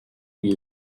you